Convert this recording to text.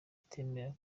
kutemera